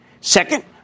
Second